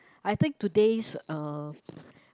I think today's uh